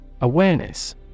Awareness